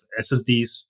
SSDs